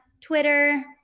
Twitter